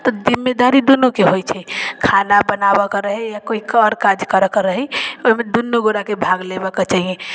तऽ जिम्मेदारी दुनूके होइ छै खाना बनाबैके रहै या कोइ आओर काज करैके रहै ओहिमे दुनू गोराके भाग लेबैके चाही